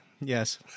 Yes